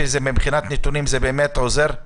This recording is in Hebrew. שמבחינת הנתונים זה באמת עוזר?